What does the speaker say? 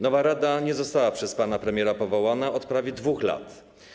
Nowa rada nie została przez pana premiera powołana od prawie 2 lat.